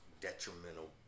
detrimental